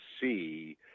see